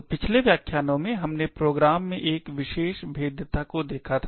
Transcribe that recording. तो पिछले व्याख्यानों में हमने प्रोग्राम में एक विशेष भेद्यता को देखा था